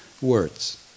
words